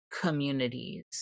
communities